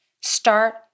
Start